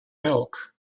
milk